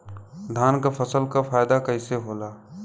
धान क फसल क फायदा कईसे होला?